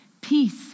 peace